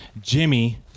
Jimmy